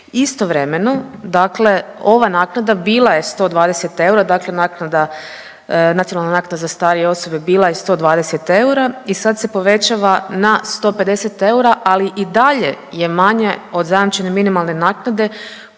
Istovremeno dakle ova naknada bila je 120 eura, dakle naknada, nacionalna naknada za starije osobe bila je 120 eura i sad se povećava na 150 eura, ali i dalje je manja od zajamčene minimalne naknade